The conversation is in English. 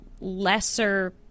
lesser